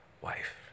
wife